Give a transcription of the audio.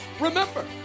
remember